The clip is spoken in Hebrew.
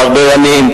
ברברנים,